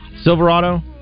Silverado